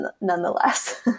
nonetheless